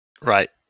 Right